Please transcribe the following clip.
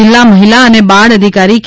જિલ્લા મહિલા અને બાળ અધિકારી કે